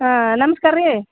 ಹಾಂ ನಮ್ಸ್ಕಾರ ರೀ